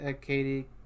Katie